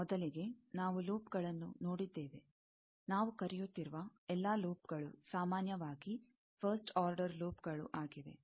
ಮೊದಲಿಗೆ ನಾವು ಲೂಪ್ಗಳನ್ನು ನೋಡಿದ್ದೇವೆ ನಾವು ಕರೆಯುತ್ತಿರುವ ಎಲ್ಲಾ ಲೂಪ್ಗಳು ಸಾಮಾನ್ಯವಾಗಿ ಫಸ್ಟ್ ಆರ್ಡರ್ ಲೂಪ್ಗಳು ಆಗಿವೆ